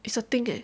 it's a thing eh